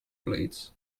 blades